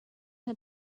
had